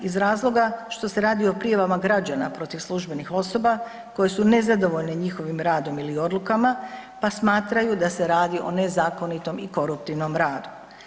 Iz razloga što se radi o prijavama građana protiv službenih osoba koje su nezadovoljne njihovim radom ili odlukama pa smatraju da se radi o nezakonitom i koruptivnom radu.